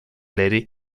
lady